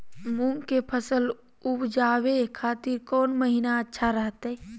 मूंग के फसल उवजावे खातिर कौन महीना अच्छा रहतय?